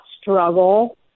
struggle